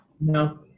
No